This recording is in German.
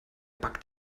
backt